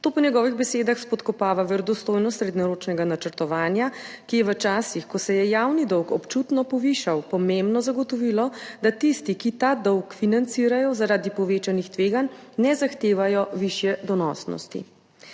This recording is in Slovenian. To po njegovih besedah spodkopava verodostojnost srednjeročnega načrtovanja, ki je v časih, ko se je javni dolg občutno povišal, pomembno zagotovilo, da tisti, ki ta dolg financirajo, zaradi povečanih tveganj ne zahtevajo višje donosnosti.